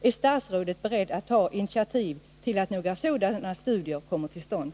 Är statsrådet beredd att ta initiativ till att några sådana studier kommer till stånd?